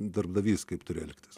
darbdavys kaip turi elgtis